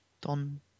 Don